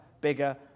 bigger